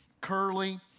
Curly